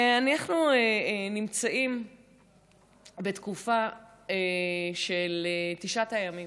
אנחנו נמצאים בתקופת תשעת הימים.